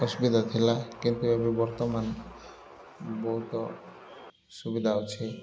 ଅସୁବିଧା ଥିଲା କିନ୍ତୁ ଏବେ ବର୍ତ୍ତମାନ ବହୁତ ସୁବିଧା ଅଛି